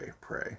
pray